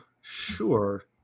Sure